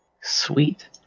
Sweet